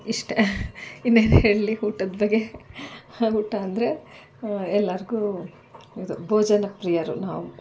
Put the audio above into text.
ಇಷ್ಟೇ ಇನ್ನೇನು ಹೇಳಲಿ ಊಟದ ಬಗ್ಗೆ ಊಟ ಅಂದರೆ ಎಲ್ಲರಿಗೂ ಇದು ಭೋಜನ ಪ್ರಿಯರು ನಾವು